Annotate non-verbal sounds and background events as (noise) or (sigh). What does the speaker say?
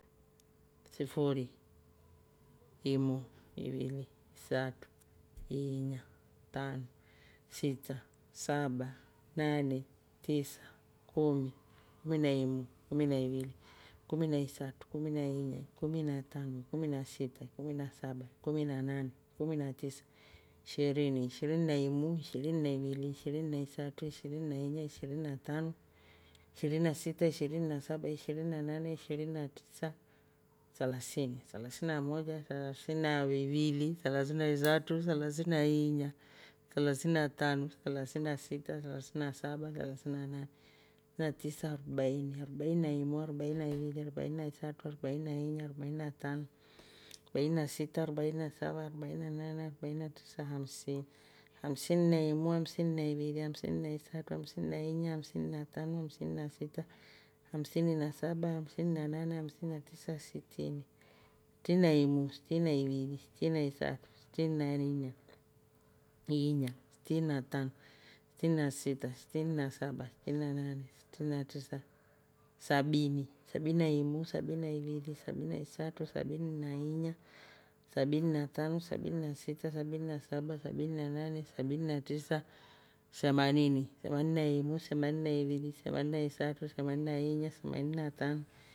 Sifuri, imu, ivili, istaru. iinya. tanu, sita. saba. nane. tisa. kumi. ikumi na imu ikumi na ivili. ikumi na isatru. ikumi na iinya. ikumi na tanu. kumi na sita. kumi na saba. kumi na nane. kumi na tisa. ishirini. ishirini na imu. ishirini na ivili, ishirini na isatru. ishirini na iinya. ishirini na tanu. ishirini na sita. ishirini na saba. ishirini na nane. ishirini na tisa, selasini, selasina moja (laughs) nselasina ivili. selasina isatru. selasina iinya. selasina tanu. selasina sita selasina saba. selasina nane. selasina tisa, arobaini. arobaini na imu. arobaini na ivili. arobaini na isatru. arobaini na iinya. arobaini na tanu. arobaini na sita. arobaini na saba. arobaini na nane. arobaini na tisa. hasini, hamsini na imu. hamsini na ivili. hamsini na isatru. hamsini na iinya. hamsini na tanu. hamsini na sita. hamsini na saba. hamsini na nane. hamsini na tisa. hamsini na saba. hamsini na nane, hamsini na tisa sitini, sistini na imu. sitini na ivili. sitini na isatru. sitini naiinya. sitini na tanu. sitini na sita. sitini na saba. sitini na nane. sitini na tisa. sabini. sabini na imu, sabini na ivili. sabini na isatru. sabini na iinya. sabini na tanu. sabini na sita. sabini na saba. sabini na nane. sabini na tisa, semanini. semanini na imu. semanini na ivili. semanini na isatru. semanini na iinya. semanini na tanu,